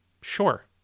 sure